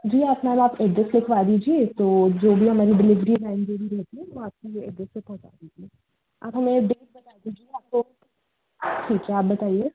जी आप मैम आप एड्रेस लिखवा दीजिए तो जो भी हमारी डिलीवरी वैन जो भी रहती है वो आपके ये एड्रेस पर पहुँचा देगी आप हमें एड्रेस बता दीजिए आपको ठीक है आप बताइए